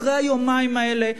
אחרי היומיים האלה,